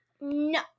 No